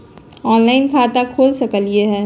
Online खाता खोल सकलीह?